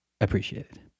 appreciated